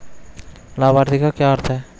लाभार्थी का क्या अर्थ है?